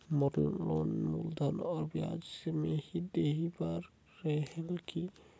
मोर loan मूलधन और ब्याज साथ मे ही देहे बार रेहेल की?